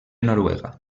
noruega